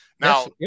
Now